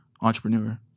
entrepreneur